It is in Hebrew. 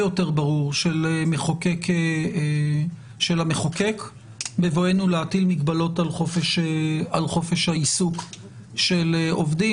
יותר ברור של המחוקק בבואנו להטיל מגבלות על חופש העיסוק של עובדים.